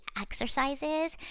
exercises